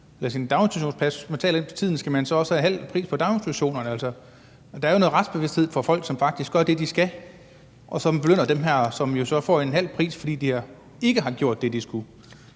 med ens daginstitutionsplads – hvis man betaler for den til tiden, skal man så også have halv pris på daginstitutionen? Der er jo noget, der her handler om retsbevidsthed i forhold til folk, som faktisk gør det, de skal, hvor nogen belønnes, altså får halv pris, fordi de ikke har gjort det, de skulle.